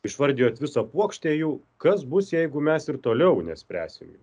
išvardijot visą puokštę jų kas bus jeigu mes ir toliau nespręsim jų